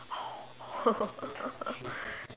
oh